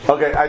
Okay